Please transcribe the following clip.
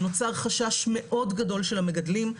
נוצר חשש מאוד גדול של המגדלים.